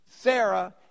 Sarah